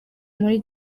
muri